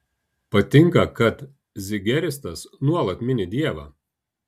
patinka kad zigeristas nuolat mini dievą